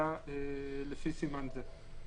מצטער